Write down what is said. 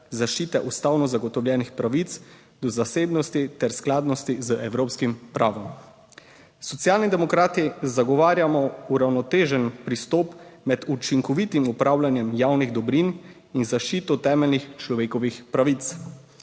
zaščite ustavno zagotovljenih pravic do zasebnosti ter skladnosti z evropskim pravom. Socialni demokrati zagovarjamo uravnotežen pristop med učinkovitim upravljanjem javnih dobrin in zaščito temeljnih človekovih pravic.